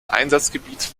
einsatzgebiet